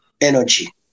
energy